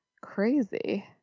Crazy